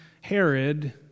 Herod